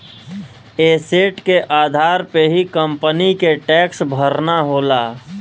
asset के आधार पे ही कंपनी के टैक्स भरना होला